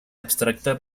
abstracta